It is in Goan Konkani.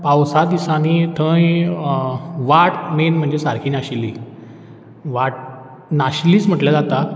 पावसा दिसानी थंय वाट मेन म्हणजे सारकी नाशिल्ली वाट नाशिल्लीच म्हटल्यार जाता